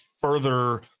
further